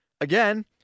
Again